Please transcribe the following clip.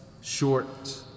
short